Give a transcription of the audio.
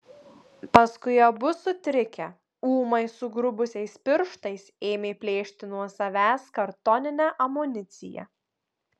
paskui abu sutrikę ūmai sugrubusiais pirštais ėmė plėšti nuo savęs kartoninę amuniciją